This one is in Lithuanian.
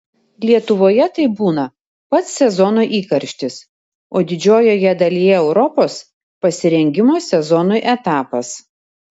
lietuvoje tai būna pats sezono įkarštis o didžiojoje dalyje europos pasirengimo sezonui etapas